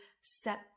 set